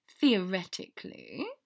theoretically